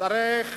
שצריך